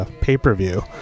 pay-per-view